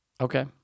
Okay